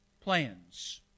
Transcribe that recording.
plans